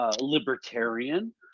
libertarian